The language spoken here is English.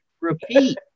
Repeat